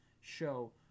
show